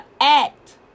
act